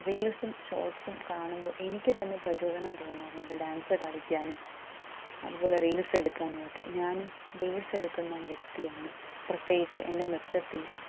റീൽസും ഷോട്ട്സും കാണുമ്പോൾ എനിക്ക് തന്നെ പ്രചോദനം തോന്നാറുണ്ട് ഡാൻസ് കളിക്കാനും അതുപോലെ റീൽസ് എടുക്കാനും ഒക്കെ ഞാനും റീൽസ് എടുക്കുന്ന വ്യക്തിയാണ് പ്രത്യേകിച്ച് എൻ്റെ നൃത്തത്തിൻ്റെ